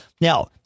Now